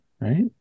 right